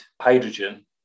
hydrogen